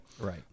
Right